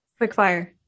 quickfire